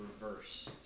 reverse